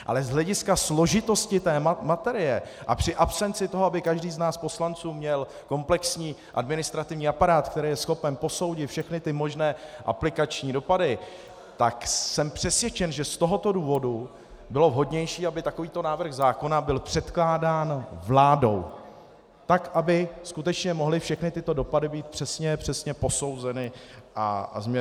Ale z hlediska složitosti té materie a při absenci toho, aby každý z nás poslanců měl komplexní administrativní aparát, který je schopný posoudit všechny aplikační dopady, tak jsem přesvědčen, že z tohoto důvodu bylo vhodnější, aby takovýto návrh zákona byl předkládán vládou, tak aby skutečně mohly být všechny tyto dopady přesně posouzeny a změřeny.